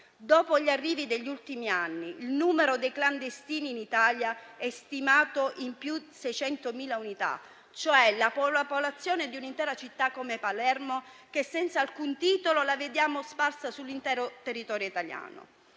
Dopo gli arrivi degli ultimi anni, il numero dei clandestini in Italia è stimato in più di 600.000 unità, cioè la popolazione di un'intera città come Palermo, che, senza alcun titolo, vediamo sparsa sull'intero territorio italiano.